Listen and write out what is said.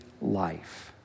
life